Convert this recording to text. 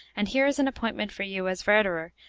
and here is an appointment for you as verderer,